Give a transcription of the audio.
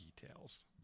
details